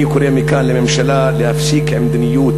אני קורא מכאן לממשלה להפסיק את מדיניות